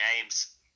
games